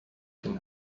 can